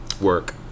work